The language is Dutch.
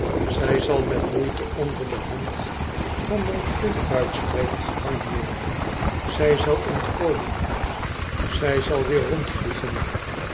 zij zal met moeite onder de hand van monsieur den buikspreker gevangen worden zü zal ontkomen zij zal weer